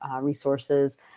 resources